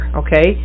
okay